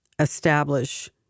establish